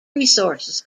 resources